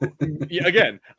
again